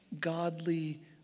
godly